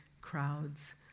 crowds